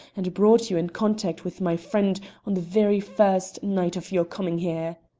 and brought you in contact with my friend on the very first night of your coming here.